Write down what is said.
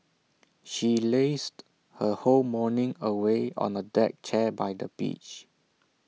she lazed her whole morning away on A deck chair by the beach